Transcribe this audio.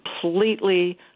completely